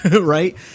right